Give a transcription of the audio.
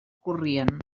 corrien